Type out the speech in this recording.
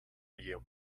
you